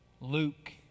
Luke